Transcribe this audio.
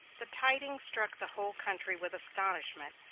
the tidings struck the whole country with astonishment,